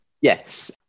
yes